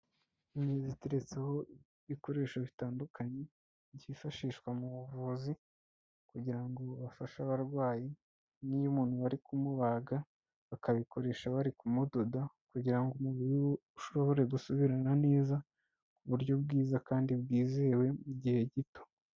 Imeza iteretseho ibikoresho bitandukanye byifashishwa mu buvuzi, kugira ngo bafashe abarwayi n'iyo umuntu bari kumubaga, bakabikoresha bari kumudoda, kugira ngo umubiri ushobore gusubirana neza, ku buryo bwiza kandi bwizewe mu gihe gito.